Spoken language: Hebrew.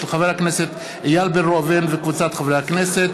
של חבר הכנסת איל בן ראובן וקבוצת חברי הכנסת.